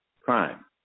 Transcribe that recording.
crime